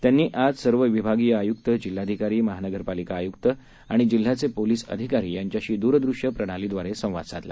त्यांनीआजसर्वविभागीयआय्क्त जिल्हाधिकारी महानगरपालिकाआय्क्तआणिजिल्ह्याचेपोलीसअधिकारीयांच्याशीद्रदृष्यप्रणालीद्वारेसंवाद साधला